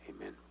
Amen